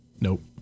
nope